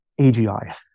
AGI